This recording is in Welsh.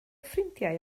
ffrindiau